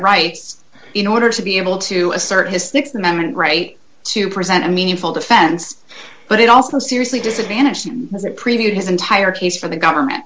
rights in order to be able to assert his th amendment right to present a meaningful defense but it also seriously disadvantaged as a preview of his entire case for the government